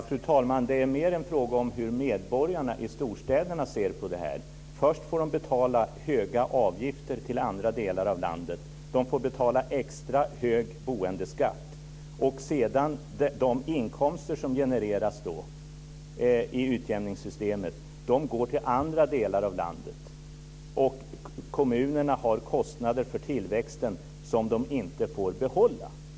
Fru talman! Det är mer en fråga om hur medborgarna i storstäderna ser på det här. Först får de betala höga avgifter till andra delar av landet. De får betala extra hög boendeskatt, och sedan går de inkomster som genereras i utjämningssystemet till andra delar av landet, och kommunerna har kostnader för tillväxten, som de inte får behålla.